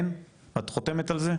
את חותמת על זה?